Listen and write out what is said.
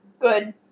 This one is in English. Good